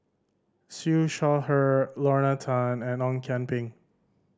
Siew Shaw Her Lorna Tan and Ong Kian Peng